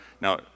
Now